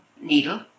needle